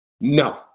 No